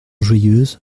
joyeuse